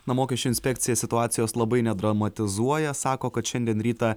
na mokesčių inspekcija situacijos labai nedramatizuoja sako kad šiandien rytą